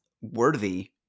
worthy